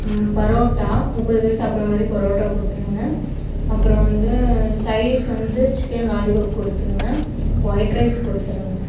பரோட்டா முப்பது பேர் சாப்பிட்ற மாதிரி பரோட்டா கொடுத்துருங்க அப்புறம் வந்து சைடிஷ் வந்து சிக்கன் லாலிபப் கொடுத்துருங்க ஒயிட் ரைஸ் கொடுத்துருங்க